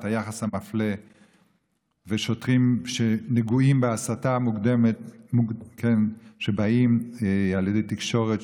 את היחס המפלה והשוטרים שנגועים בהסתה המקודמת על ידי תקשורת,